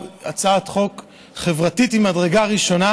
היא הצעת חוק חברתית ממדרגה ראשונה,